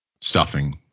Stuffing